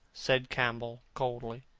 said campbell coldly.